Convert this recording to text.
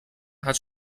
hat